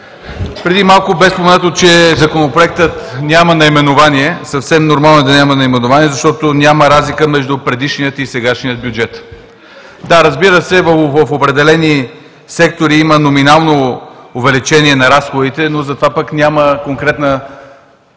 Преди малко бе споменато, че Законопроектът няма наименование. Съвсем нормално е да няма наименование, защото няма разлика между предишния и сегашния бюджет. Да, разбира се, в определени сектори има номинално увеличение на разходите, но затова пък няма конкретна